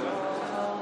(שירת התקווה) יציאת נשיא המדינה.